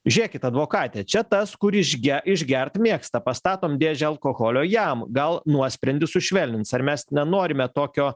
žiūrėkit advokate čia tas kur išge išgert mėgsta pastatom dėžę alkoholio jam gal nuosprendį sušvelnins ar mes nenorime tokio